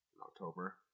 October